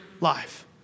life